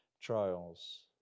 trials